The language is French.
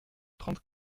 trente